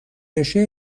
بشه